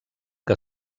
que